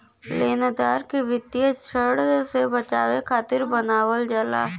लेनदार के वित्तीय ऋण से बचावे खातिर बनावल जाला